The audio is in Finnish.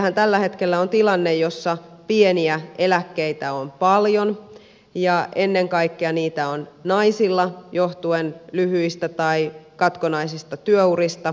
meillähän tällä hetkellä on tilanne jossa pieniä eläkkeitä on paljon ja ennen kaikkea niitä on naisilla johtuen lyhyistä tai katkonaisista työurista